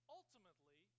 ultimately